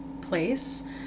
place